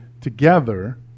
together